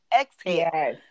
exhale